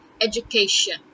education